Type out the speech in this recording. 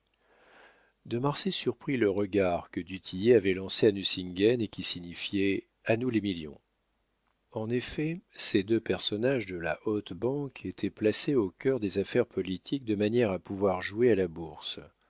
de marsay surprit le regard que du tillet avait lancé à nucingen et qui signifiait a nous les millions en effet ces deux personnages de la haute banque étaient placés au cœur des affaires politiques de manière à pouvoir jouer à la bourse